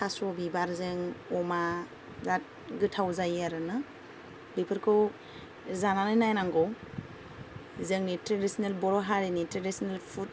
थास' बिबारजों अमा बिरात गोथाव जायो आरोना बेफोरखौ जानानै नायनांगौ जोंनि ट्रेडिसनेल बर' हारिनि ट्रेडिसनेल फुड